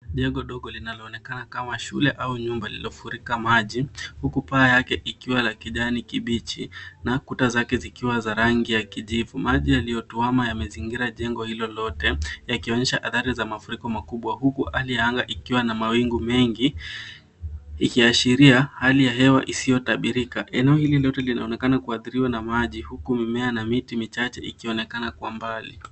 Jengo dogo linaloonekana kama shule au nyumba lilofurika maji. Huku paa yake ikiwa la kijani kibichi na kuta zake zikiwa za rangi ya kijivu. Maji yaliotuama yamezingira jengo hilo lote yakionyesha hadhari za mafuriko makubwa huku hali ya anga ikiwa na mawingu mengi. Ikiashiria hali ya hewa isio tabirika. Enoe hili lote linaonekana kuadhiriwa na maji huku mimea na miti michache ikionekana kwa mbali.